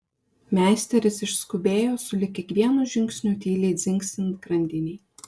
meisteris išskubėjo sulig kiekvienu žingsniu tyliai dzingsint grandinei